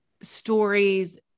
stories